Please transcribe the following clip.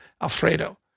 Alfredo